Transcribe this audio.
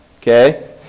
okay